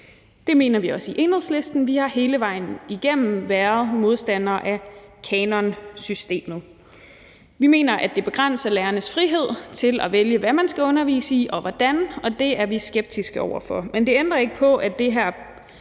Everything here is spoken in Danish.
Det mener vi også i Enhedslisten. Vi har hele vejen igennem været modstandere af kanonsystemet. Vi mener, at det begrænser lærernes frihed til at vælge, hvad de skal undervise i og hvordan, og det er vi skeptiske over for. Men det ændrer ikke på, at det her